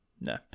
No